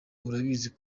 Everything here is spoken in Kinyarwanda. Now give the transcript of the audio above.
urabizi